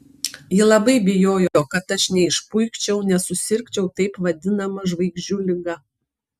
ji labai bijojo kad aš neišpuikčiau nesusirgčiau taip vadinama žvaigždžių liga